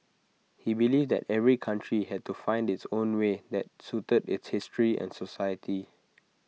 he believed that every country had to find its own way that suited its history and society